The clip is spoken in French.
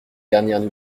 dernières